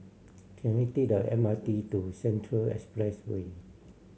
can I take the M R T to Central Expressway